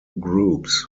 groups